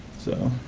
so